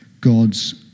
God's